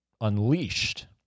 unleashed